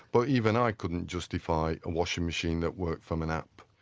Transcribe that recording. but even i couldn't justify a washing machine that worked from an app.